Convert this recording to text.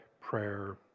prayer